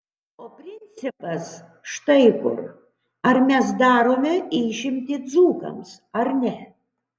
o principas štai kur ar mes darome išimtį dzūkams ar ne